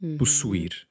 possuir